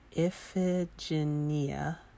Iphigenia